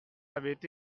avaient